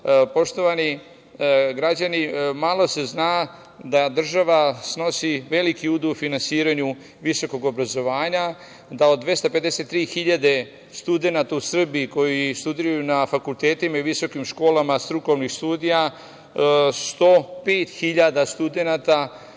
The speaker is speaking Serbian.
studenata. Poštovani građani, malo se zna da država snosi veliki udeo u finansiranju visokog obrazovanja, da od 253.000 studenata u Srbiji koji studiraju na fakultetima i visokim školama strukovnih studija, 105.000 studenata